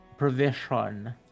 provision